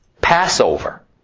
Passover